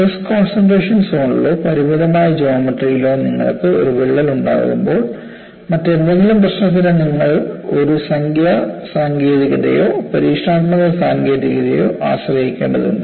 stress concentration സോണിലോ പരിമിതമായ ജോമട്രിയിലോ നിങ്ങൾക്ക് ഒരു വിള്ളൽ ഉണ്ടാകുമ്പോൾ മറ്റെന്തെങ്കിലും പ്രശ്നത്തിന് നിങ്ങൾ ഒരു സംഖ്യാ സാങ്കേതികതയെയോ പരീക്ഷണാത്മക സാങ്കേതികതയെയോ ആശ്രയിക്കേണ്ടതുണ്ട്